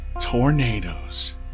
tornadoes